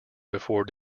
before